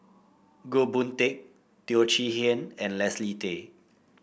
Goh Boon Teck Teo Chee Hean and Leslie Tay